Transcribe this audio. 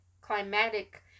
climatic